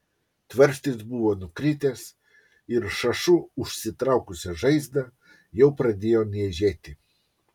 tvarstis buvo nukritęs ir šašu užsitraukusią žaizdą jau pradėjo niežėti